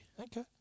Okay